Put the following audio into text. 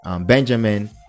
benjamin